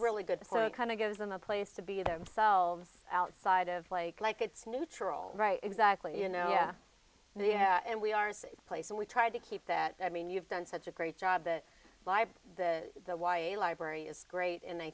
really good kind of gives them a place to be themselves outside of like like it's neutral right exactly you know yeah yeah and we are safe place and we tried to keep that i mean you've done such a great job that the the y a library is great and i